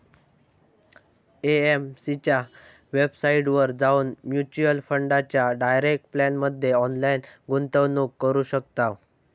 AMC च्या वेबसाईटवर जाऊन म्युच्युअल फंडाच्या डायरेक्ट प्लॅनमध्ये ऑनलाईन गुंतवणूक करू शकताव